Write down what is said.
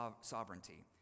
sovereignty